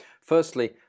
firstly